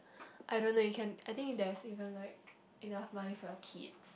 I don't know you can I think there is even like enough money for your kids